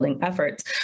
efforts